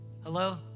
Hello